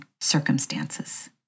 circumstances